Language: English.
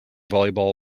volleyball